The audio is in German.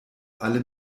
alle